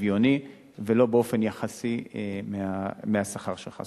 שוויוני ולא באופן יחסי מהשכר שלך.